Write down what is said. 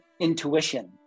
intuition